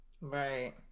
Right